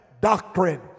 doctrine